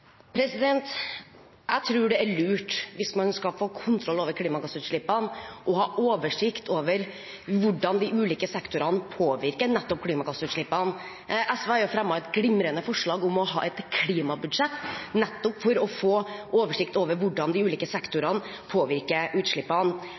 lurt, hvis man skal få kontroll over klimagassutslippene, å ha oversikt over hvordan de ulike sektorene påvirker nettopp klimagassutslippene. SV har fremmet et glimrende forslag om å ha et klimabudsjett, nettopp for å få oversikt over hvordan de ulike